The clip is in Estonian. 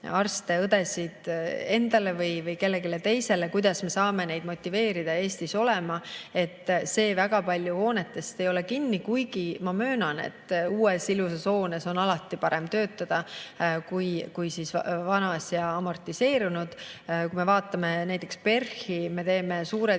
arste-õdesid endale või kellelegi teisele, kuidas me saame neid motiveerida Eestis olema. See väga palju hoonetes ei ole kinni, kuigi ma möönan, et uues ilusas hoones on alati parem töötada kui vanas ja amortiseerunud. Kui me vaatame näiteks PERH-i, me teeme suured